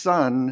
Son